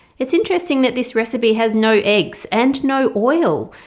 it's interesting that this recipe has no eggs and no oil.